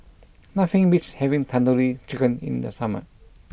nothing beats having Tandoori Chicken in the summer